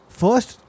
first